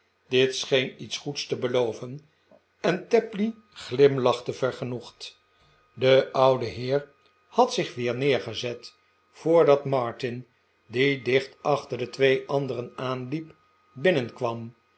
dit scheen iets goeds te beloven en tapley glimlachte vergenoegd de oude heer had zich weer neergezet voordat martin die dicht achter de twee anderen aanliep binnenkwam